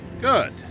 Good